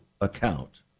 account